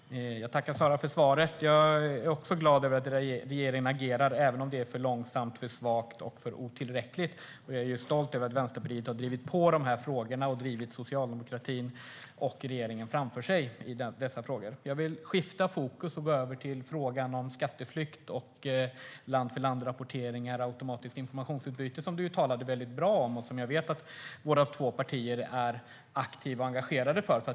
Herr talman! Jag tackar Sara för svaret. Jag är också glad över att regeringen agerar, även om det är för långsamt, för svagt och otillräckligt. Jag är stolt över att Vänsterpartiet har drivit på i de här frågorna och drivit socialdemokratin och regeringen framför sig. Jag vill nu skifta fokus och gå över till frågan om skatteflykt, land-för-land-rapportering och automatiskt informationsutbyte, som du, Sara Karlsson, talade bra om och som jag vet att våra två partier är aktiva och engagerade i.